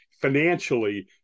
financially